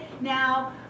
now